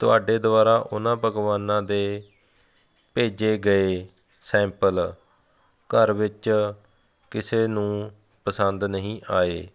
ਤੁਹਾਡੇ ਦੁਆਰਾ ਉਹਨਾਂ ਪਕਵਾਨਾਂ ਦੇ ਭੇਜੇ ਗਏ ਸੈਂਪਲ ਘਰ ਵਿੱਚ ਕਿਸੇ ਨੂੰ ਪਸੰਦ ਨਹੀਂ ਆਏ